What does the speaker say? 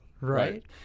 Right